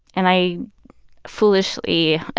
and i foolishly